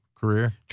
career